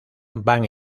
van